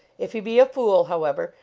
if he be a fool, however,